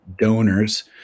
donors